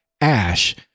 Ash